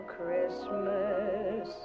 Christmas